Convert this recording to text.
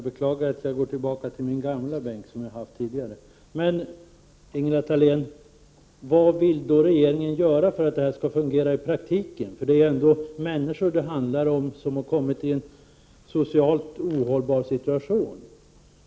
Herr talman! Men, Ingela Thalén, vad vill då regeringen göra för att systemet skall fungera i praktiken? Det handlar ändå om människor som har kommit i en socialt ohållbar situation.